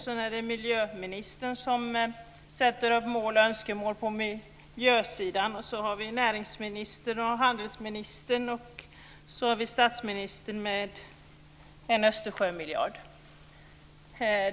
Sedan är det miljöministern som sätter upp mål och önskemål på miljösidan. Sedan har vi näringsministern och handelsministern, och så har vi statsministern med sin Östersjömiljard.